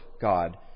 God